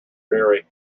dreary